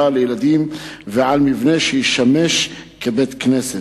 לילדים ועל מבנה שישמש בית-כנסת.